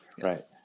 Right